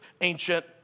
ancient